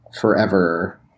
forever